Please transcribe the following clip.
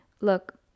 Look